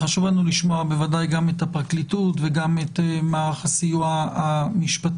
חשוב לנו לשמוע בוודאי גם את הפרקליטות וגם את מערך הסיוע המשפטי,